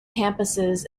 campuses